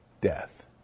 death